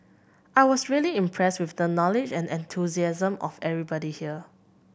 I was really impressed with the knowledge and enthusiasm of everybody here